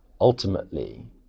ultimately